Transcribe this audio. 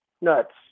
nuts